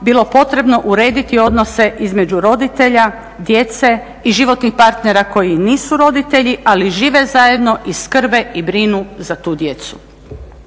bilo potrebno urediti odnose između roditelja, djece i životnih partnera koji nisu roditelji ali žive zajedno i skrbe i brinu za tu djecu.